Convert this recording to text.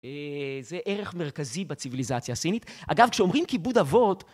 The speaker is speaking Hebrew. זה ערך מרכזי בציוויליזציה הסינית, אגב כשאומרים כיבוד אבות